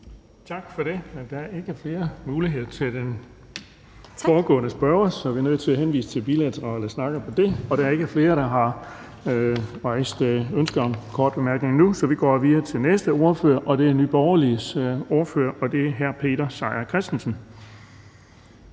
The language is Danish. Tak for det. Der er ikke flere muligheder for spørgsmål til den foregående spørger, så vi er nødt til at henvise til bilaterale snakke om det. Og der er ikke flere, der har rejst ønske om korte mærkninger nu, så vi går videre til den næste ordfører. Det er Nye Borgerliges ordfører, og det er hr. Peter Seier Christensen.